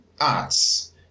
arts